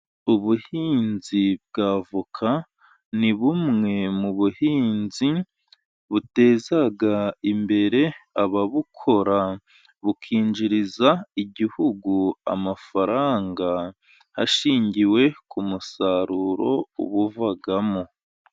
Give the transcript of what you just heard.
Ubuhinzi bw'avoka ni bumwe mu buhinzi buteza imbere ababukora, bukinjiriza igihugu amafaranga, hashingiwe ku musaruro ubuvamo.